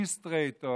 J-Street,